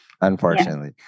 Unfortunately